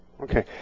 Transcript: Okay